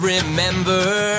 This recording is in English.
remember